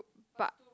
but